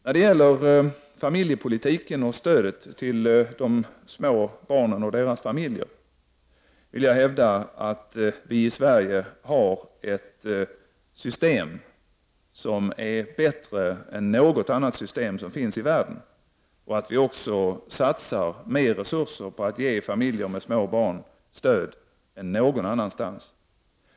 När det gäller familjepolitiken och stödet till de små barnen och deras familjer vill jag hävda att vi i Sverige har ett system som är bättre än något annat system i världen och även att vi satsar mer resurser än man gör någon annanstans på att ge familjer med små barn stöd.